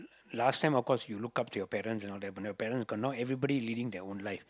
last time of course you look up to your parents and all that but your parents got not everybody leading their own life